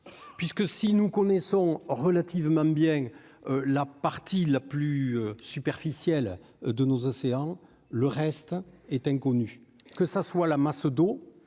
puisque si nous connaissons relativement bien la partie la plus superficielle de nos océans, le reste est inconnue, que ça soit la masse d'eau,